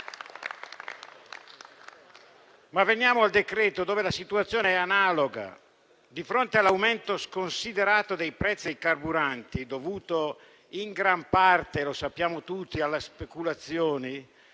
rispetto al quale la situazione è analoga. Di fronte all'aumento sconsiderato dei prezzi dei carburanti, dovuto in gran parte - lo sappiamo tutti - alla speculazione,